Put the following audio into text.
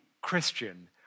Christian